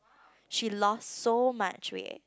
she lost so much weight